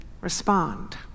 respond